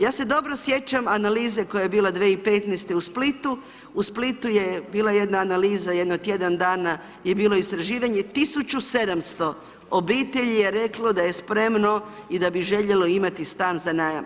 Ja se dobro sjećam analize koja je bila 2015. u Splitu, u Splitu je bila jedna analiza, jedno tjedan dana je bilo istraživanje 1700 obitelji je reklo da je spremno i da bi željelo imati stan za najam.